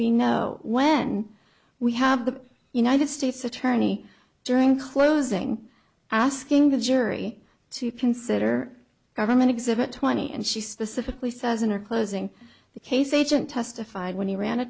be no when we have the united states attorney during closing asking the jury to consider government exhibit twenty and she specifically says in her closing the case agent testified when he ran a